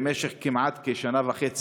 במשך כמעט שנה וחצי,